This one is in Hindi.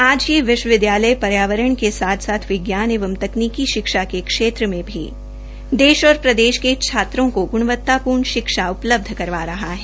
आज से विश्वविद्यायल पर्यावरण के साथ साथ विज्ञान एवं तकनीकी शिक्षा के क्षेत्र में भी देश और प्रदेश के छात्रों को ग्णवतापूर्ण शिक्षा उपलब्ध करवा रहा है